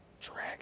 dragon